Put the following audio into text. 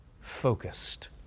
Focused